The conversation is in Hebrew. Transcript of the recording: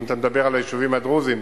אם אתה מדבר על היישובים הדרוזיים,